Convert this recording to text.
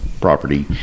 property